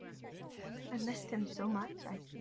i missed him so much! i